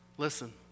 Listen